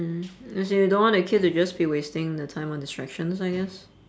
mm as in you don't want the kid just be wasting the time on distractions I guess